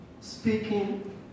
Speaking